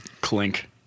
Clink